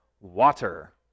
water